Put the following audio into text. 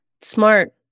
smart